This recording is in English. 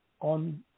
On